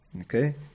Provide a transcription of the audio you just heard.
okay